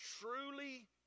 truly